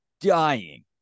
dying